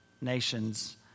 nations